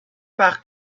par